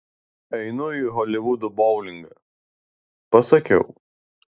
einu į holivudo boulingą pasakiau